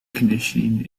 conditioning